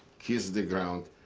kiss the ground,